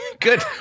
Good